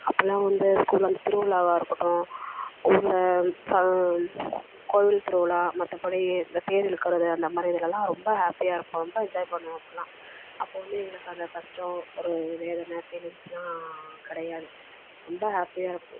அப்போல்லாம் வந்து ஸ்கூலில் வந்து திருவிழாவா இருக்கட்டும் ஊரில் சா கோவில் திருவிழா மற்றபடி இந்த தேர் இழுக்கறது அந்தமாதிரி இதில் எல்லாம் ரொம்ப ஹேப்பியாக இருப்போம் ரொம்ப என்ஜாய் பண்ணுவோம் அப்போல்லாம் அப்போது வந்து எங்களுக்கு அந்த கஷ்டம் ஒரு வேதனை ஃபீலிங்ஸுலாம் கிடையாது ரொம்ப ஹேப்பியாக இருப்போம்